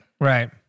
Right